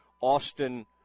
Austin